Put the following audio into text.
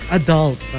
adult